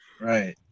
Right